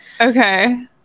Okay